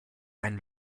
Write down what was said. ein